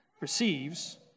receives